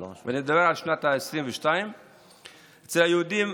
ונדבר על שנת 2022. אצל הנשאלים היהודים,